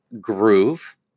groove